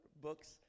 books